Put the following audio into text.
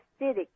acidic